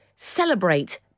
celebrate